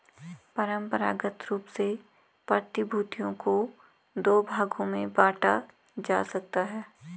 परंपरागत रूप से प्रतिभूतियों को दो भागों में बांटा जाता है